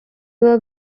will